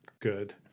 good